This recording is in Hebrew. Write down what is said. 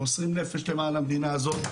מוסרים נפש למען המדינה הזאת.